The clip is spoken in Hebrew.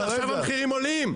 עכשיו המחירים עולים.